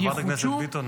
חברת הכנסת ביטון,